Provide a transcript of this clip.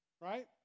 right